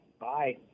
Bye